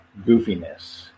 goofiness